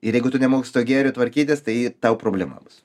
ir jeigu tu nemoki su tuo gėriu tvarkytis tai tau problema bus